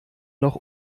noch